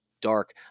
dark